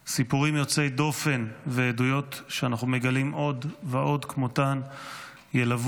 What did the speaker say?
סיפורים יוצאי דופן ועדויות שאנחנו מגלים עוד ועוד כמותם ילוו את